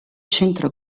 centro